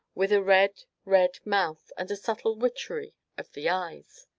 with a red, red mouth, and a subtle witchery of the eyes.